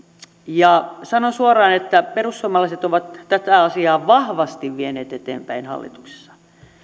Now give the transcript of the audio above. ja sanon suoraan että perussuomalaiset ovat tätä asiaa vahvasti vieneet eteenpäin hallituksessa